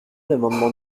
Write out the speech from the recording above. l’amendement